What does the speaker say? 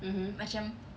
mmhmm